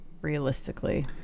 realistically